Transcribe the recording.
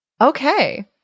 Okay